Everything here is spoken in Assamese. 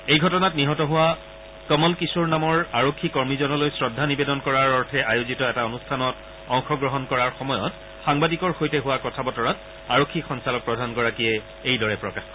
এই ঘটনাত নিহত হোৱা কমল কিশোৰ নামৰ আৰক্ষী কৰ্মীজনলৈ শ্ৰদ্ধা নিবেদন কৰাৰ অৰ্থে আয়োজিত এটা অনুষ্ঠানত অংশ গ্ৰহণ কৰাৰ সময়ত সাংবাদিকৰ সৈতে হোৱা কথা বতৰাত আৰক্ষী সঞ্চালকপ্ৰধানগৰাকীয়ে এইদৰে প্ৰকাশ কৰে